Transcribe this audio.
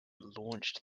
launched